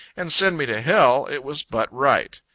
and send me to hell, it was but right.